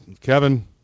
Kevin